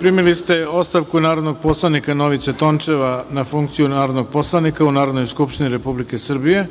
primili ste ostavku narodnog poslanika Novice Tončeva na funkciju narodnog poslanika u Narodnoj skupštini Republike Srbije